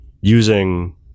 using